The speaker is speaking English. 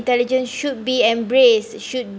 intelligence should be embrace should